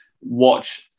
watch